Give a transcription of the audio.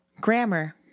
grammar